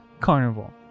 carnival